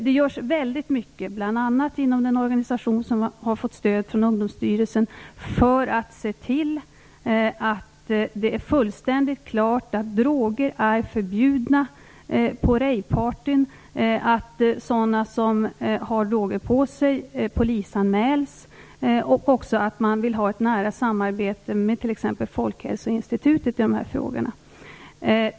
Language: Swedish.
Det görs väldigt mycket bl.a. inom den organisation som har fått stöd från ungdomsstyrelsen för att se till att det är fullständigt klart att droger är förbjudna på ravepartyn, att de som har droger på sig polisanmäls och att man vill ha ett nära samarbete med Folkhälsoinstitutet i de här frågorna.